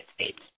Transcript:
States